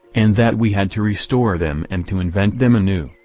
and that we had to restore them and to invent them anew,